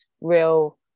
real